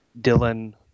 Dylan